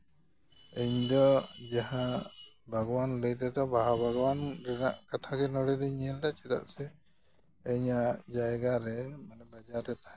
ᱤᱧ ᱫᱚ ᱡᱟᱦᱟᱸ ᱵᱟᱜᱽᱣᱟᱱ ᱞᱟᱹᱭᱛᱮᱫᱚ ᱵᱟᱦᱟ ᱵᱟᱜᱽᱣᱟᱱ ᱨᱮᱱᱟᱜ ᱠᱟᱛᱷᱟ ᱜᱮ ᱱᱚᱰᱮ ᱫᱩᱧ ᱧᱮᱞᱫᱟ ᱪᱮᱫᱟᱜ ᱥᱮ ᱤᱧᱟᱹᱜ ᱡᱟᱭᱜᱟ ᱨᱮ ᱢᱟᱱᱮ ᱵᱟᱡᱟᱨ ᱨᱮ ᱛᱟᱦᱮᱸᱠᱟᱛᱮ